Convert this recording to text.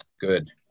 good